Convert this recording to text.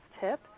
tip